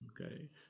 okay